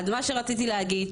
אז מה שרציתי להגיד,